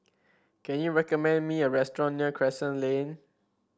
can you recommend me a restaurant near Crescent Lane